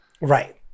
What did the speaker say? Right